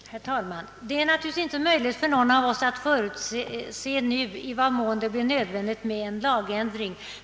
Herr talman! Det är naturligtvis inte möjligt för någon av oss att nu förutse i vad mån det blir nödvändigt med en lagändring.